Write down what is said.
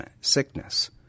sickness